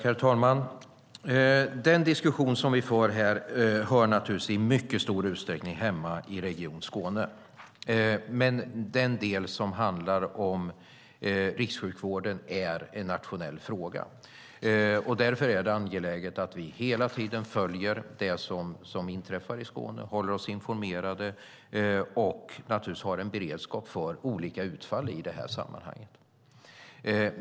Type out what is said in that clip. Herr talman! Den diskussion som vi för här hör naturligtvis i mycket stor utsträckning hemma i Region Skåne. Den del som handlar om rikssjukvården är en nationell fråga. Därför är det angeläget att vi hela tiden följer det som inträffar i Skåne, håller oss informerade och har en beredskap för olika utfall i sammanhanget.